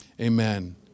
amen